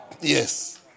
Yes